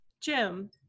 Jim